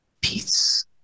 Peace